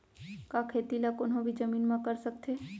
का खेती ला कोनो भी जमीन म कर सकथे?